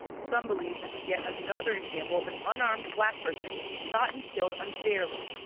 some believe this is yet another example of an unarmed black person shot and killed unfairly.